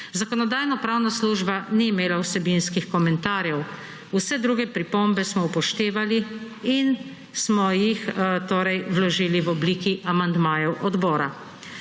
Zakonodajno-pravna služba ni imela vsebinskih komentarjev. Vse druge pripombe smo upoštevali in smo jih torej vložili v obliki amandmajev odbora.